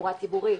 תחבורה ציבורית,